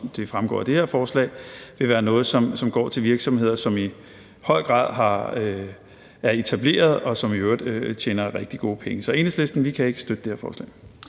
det fremgår af det her forslag, vil være noget, som går til virksomheder, som i høj grad er etableret, og som i øvrigt tjener rigtig gode penge. Så Enhedslisten kan ikke støtte det her forslag.